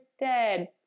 dead